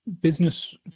business